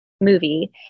movie